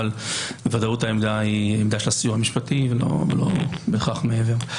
אבל בוודאות העמדה היא העמדה של הסיוע המשפטי ולא בהכרח מעבר.